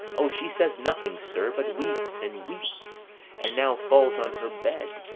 o, she says nothing, sir, but weeps and weeps and now falls on her bed,